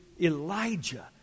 Elijah